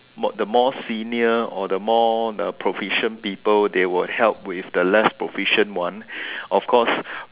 more the more senior or the more the proficient people they will help with the less proficient one of course